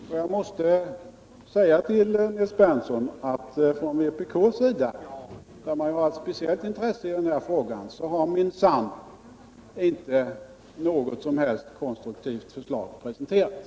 Och jag måste säga till Nils Berndtson att från vpk:s sida, där man ju har ett speciellt intresse i den här frågan, har minsann inte något som helst konstruktivt förslag presenterats.